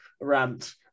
rant